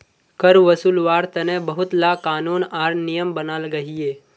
कर वासूल्वार तने बहुत ला क़ानून आर नियम बनाल गहिये